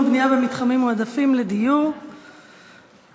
במתחמים מועדפים לדיור (הוראת שעה).